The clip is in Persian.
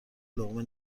لقمه